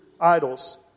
idols